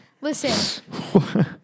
listen